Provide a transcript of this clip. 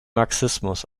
marxismus